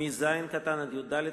(ז) (יד),